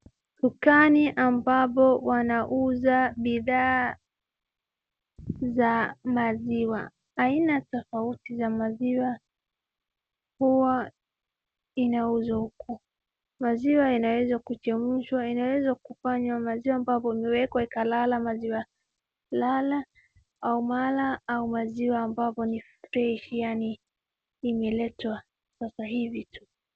Dukani ambapo wanauza bidhaa za maziwa. Aina tofauti za maziwa huwa inauzwa huku. Maziwa inaweza kuchemshwa , inawezakufanya maziwa ambapo imewekwa ikalala maziwa lala au mala au maziwa ambapo ni freshi yaani imeletwa sasa hivi tu.